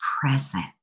present